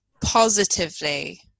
positively